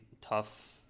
tough